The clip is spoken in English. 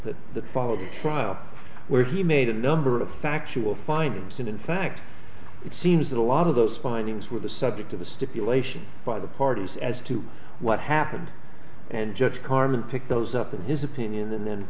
the that followed the trial where he made a number of factual findings and in fact it seems that a lot of those findings were the subject of a stipulation by the parties as to what happened and judge carmen pick those up in his opinion and then